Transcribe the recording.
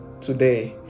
today